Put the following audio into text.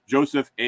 Joseph